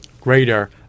greater